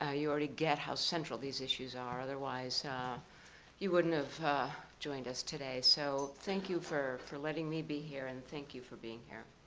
ah you already get how central these issues are, otherwise you wouldn't have joined us today. so thank you for for letting me be here and thank you for being here.